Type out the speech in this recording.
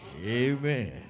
amen